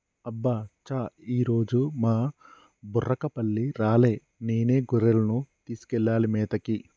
అబ్బ చా ఈరోజు మా బుర్రకపల్లి రాలే నేనే గొర్రెలను తీసుకెళ్లాలి మేతకి